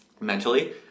mentally